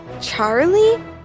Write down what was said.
Charlie